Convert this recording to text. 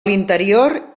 l’interior